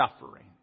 suffering